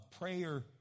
prayer